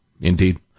indeed